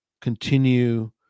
continue